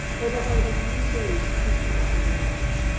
or that there be three days' pestilence in thy land?